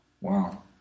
Wow